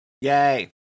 yay